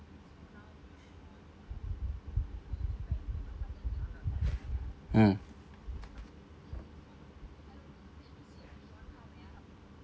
mm